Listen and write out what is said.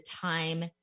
time